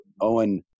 Owen